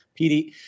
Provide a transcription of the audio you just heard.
PD